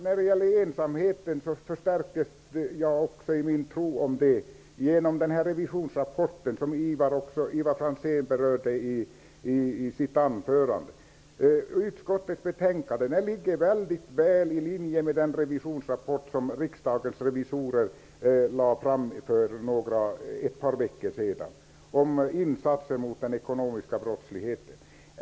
När det gäller detta med att man skulle vara ensam på sin kant förstärks min tro i det avseendet genom den revisionsrapport som avlämnats och som också Ivar Franzén talade om i sitt anförande. Skrivningen i utskottsbetänkandet ligger väldigt väl i linje med den revisionsrapport som Riksdagens revisorer presenterade för ett par veckor sedan och som gäller insatser mot den ekonomiska brottsligheten.